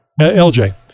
LJ